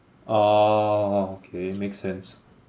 orh okay make sense